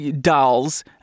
dolls